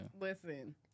Listen